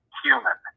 human